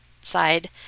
side